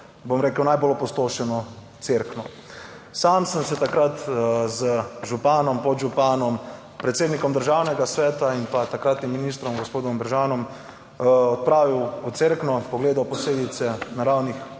bom rekel najbolj opustošeno Cerkno. Sam sem se takrat z županom, podžupanom, predsednikom Državnega sveta in pa takratnim ministrom gospodom Brežanom odpravil v Cerkno, pogledal posledice naravnih